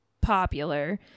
popular